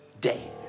day